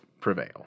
prevail